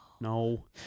no